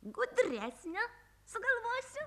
gudresnio sugalvosiu